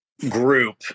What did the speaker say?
group